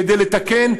כדי לתקן,